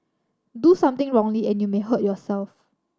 do something wrongly and you may hurt yourself